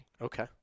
Okay